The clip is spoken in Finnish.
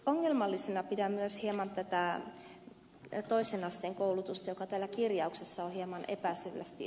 ongelmallisena pidän myös hieman tätä toisen asteen koulutusta joka täällä kirjauksessa on hieman epäselvästi